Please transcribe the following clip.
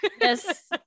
yes